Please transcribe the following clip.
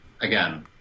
Again